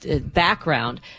background